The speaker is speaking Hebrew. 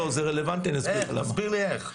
זה רלוונטי ואני אסביר לך למה.